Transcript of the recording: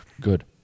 Good